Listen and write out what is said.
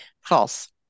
False